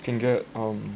can get um